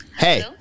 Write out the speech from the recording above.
hey